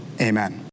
amen